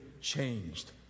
changed